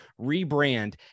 rebrand